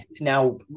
now